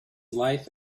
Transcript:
life